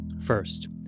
First